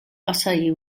asahi